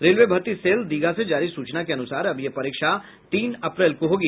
railway भर्ती cell Digha से जारी सूचना के अनुसार अब यह परीक्षा तीन अप्रैल को होगी